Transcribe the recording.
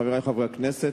חברי חברי הכנסת,